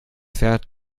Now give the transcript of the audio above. pferd